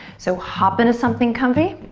so hop into something comfy,